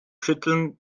schütteln